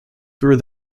through